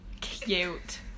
Cute